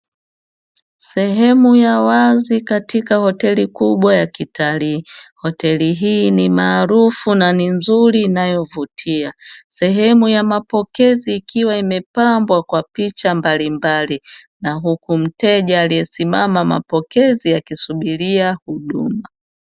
Sehemu ya wazi katika hoteli kubwa ya kitalii. Hoteli hii ni maarufu na ni nzuri inayovutia. Sehemu ya mapokezi, ikiwa imepambwa kwa picha mbalimbali na huku mteja aliyesimama mapokezi akisubiria huduma.